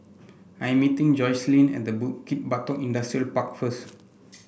I meeting Jocelyne at Bukit Batok Industrial Park first